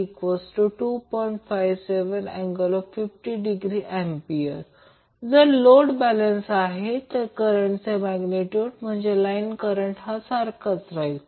57∠58°A जर load balance आहे तर करंटचे मॅग्नेट्यूड म्हणजेच लाईन करंट हा सारखाच राहील